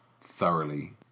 thoroughly